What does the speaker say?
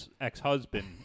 ex-husband